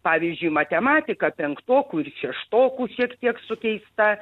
pavyzdžiui matematika penktokų ir šeštokų šiek tiek sukeista